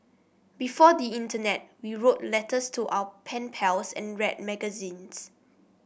before the internet we wrote letters to our pen pals and read magazines